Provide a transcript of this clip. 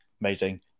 amazing